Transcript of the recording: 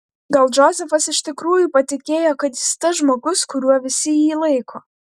gal džozefas iš tikrųjų patikėjo kad jis tas žmogus kuriuo visi jį laiko